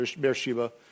Beersheba